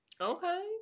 Okay